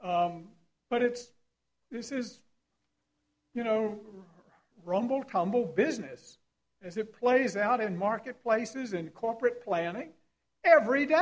s but it's this is you know rumble tumble business as it plays out in marketplaces and corporate planning every day